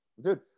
dude